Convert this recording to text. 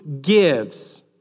gives